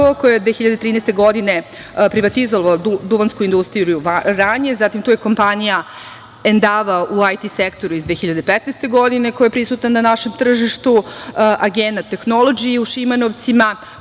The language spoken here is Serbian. koji je od 2013. godine privatizovalo duvansku industriju u Vranju, zatim to je kompanija Endava u IT sektoru iz 2015. godine koja je prisutan na našem tržištu „Agena Tehnolodži“ u Šimanovcima,